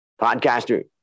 podcaster